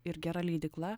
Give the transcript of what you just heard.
ir gera leidykla